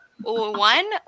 one